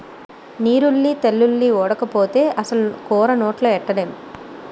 నీరుల్లి తెల్లుల్లి ఓడకపోతే అసలు కూర నోట్లో ఎట్టనేం